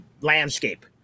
landscape